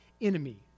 enemy